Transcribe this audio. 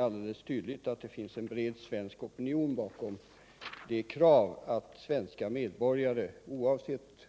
Alldeles tydligt finns det en bred svensk opinion bakom kravet att svenska medborgare, oavsett